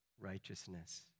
righteousness